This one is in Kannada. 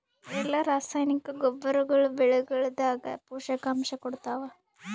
ಎಲ್ಲಾ ರಾಸಾಯನಿಕ ಗೊಬ್ಬರಗೊಳ್ಳು ಬೆಳೆಗಳದಾಗ ಪೋಷಕಾಂಶ ಕೊಡತಾವ?